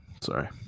Sorry